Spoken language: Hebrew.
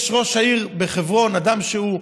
ראש העיר בחברון הוא אדם שהוא,